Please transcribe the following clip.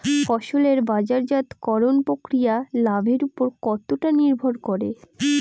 ফসলের বাজারজাত করণ প্রক্রিয়া লাভের উপর কতটা নির্ভর করে?